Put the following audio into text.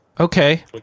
okay